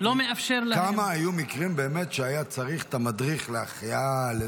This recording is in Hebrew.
כמה מקרים היו באמת שהיה צריך את המדריך להחייאה,